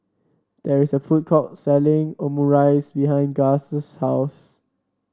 there is a food court selling Omurice behind Guss's house